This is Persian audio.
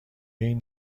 این